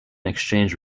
exchange